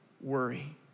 worry